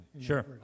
Sure